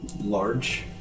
large